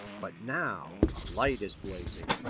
but now a light is blazing.